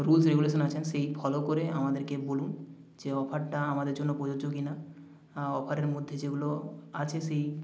rules regulation আছেন সেই follow করে আমাদেরকে বলুন যে অফারটা আমাদের জন্যে প্রযোজ্য কিনা অফারের মধ্যে যেগুলো আছে সেই